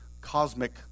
cosmic